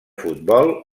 futbol